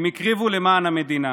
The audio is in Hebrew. הם הקריבו למען המדינה.